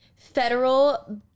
federal